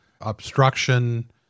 obstruction